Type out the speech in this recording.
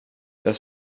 jag